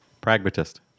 Pragmatist